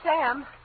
Sam